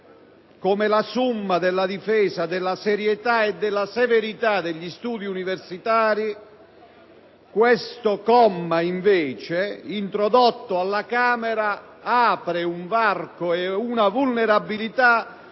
come la *summa* della difesa della serietà e della severità degli studi universitari, questo comma introdotto alla Camera apre una vulnerabilità